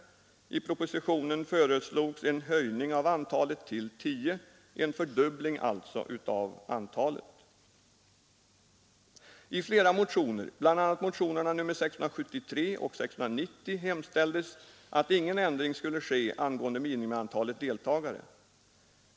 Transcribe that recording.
I propositionen föreslås en höjning av antalet till tio, alltså en fördubbling. I flera motioner, bl.a. motionerna 673 och 690, hemställdes att ingen ändring skulle ske angående minimiantalet deltagare.